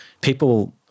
people